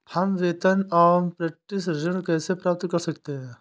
हम वेतन अपरेंटिस ऋण कैसे प्राप्त कर सकते हैं?